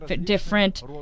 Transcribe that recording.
different